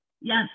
Yes